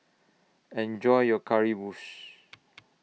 Enjoy your Currywurst